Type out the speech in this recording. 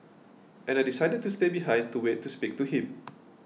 and I decided to stay behind to wait to speak to him